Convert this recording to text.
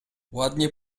ładnie